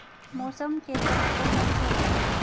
मौसम के तत्व कौन कौन से होते हैं?